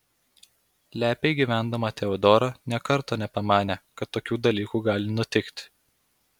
lepiai gyvendama teodora nė karto nepamanė kad tokių dalykų gali nutikti